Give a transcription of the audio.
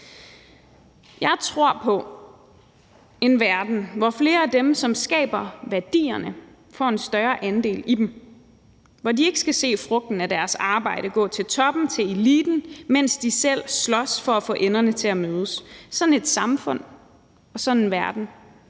Jeg tror på en verden, hvor flere af dem, som skaber værdierne, får en større andel i dem – hvor de ikke skal se frugten af deres arbejde gå til toppen, til eliten, mens de selv slås for at få enderne til at mødes. Sådan et samfund og sådan en verden